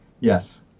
Yes